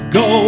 go